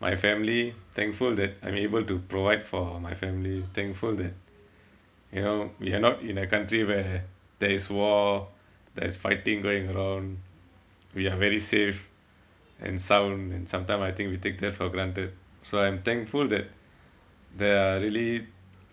my family thankful that I'm able to provide for my family thankful that you know we are not in a country where there is war there is fighting going around we are very safe and sound and sometime I think we take that for granted so I'm thankful that they are really